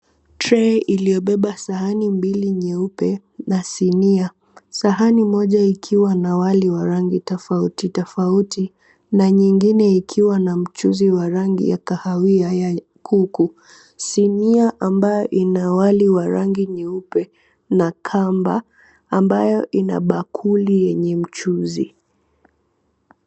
Trey iliyobeba sahani mbili nyeupe na sinia, sahani moja ikiwa na wali wa rangi tofauti tofauti na nyingine ikiwa na mchuuzi wa rangi ya kahawia huku sinia ambayo ina wali wa rangi nyeupe na kamba ambayo ina bakuli yenye mchuuzi.